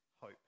hope